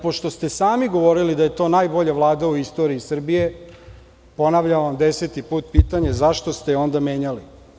Pošto ste sami govorili da je to najbolja Vlada u istoriji Srbije, ponavljam vam deseti put pitanje – zašto ste je onda menjali?